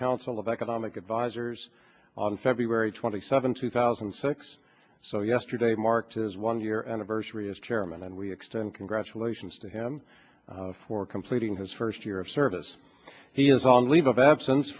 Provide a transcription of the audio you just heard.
council of economic advisors on february twenty seventh two thousand and six so yesterday marked his one year anniversary as chairman and we extend congratulations to him for completing his first year of service he is on leave of absence